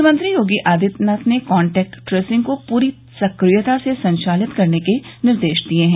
मुख्यमंत्री योगी आदित्यनाथ ने contact tracing को पूरी सक्रियता से संचालित करने के निर्देश दिये हैं